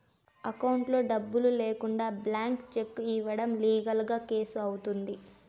అకౌంట్లో డబ్బులు లేకుండా బ్లాంక్ చెక్ ఇయ్యడం లీగల్ గా కేసు అవుతుంది